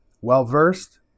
well-versed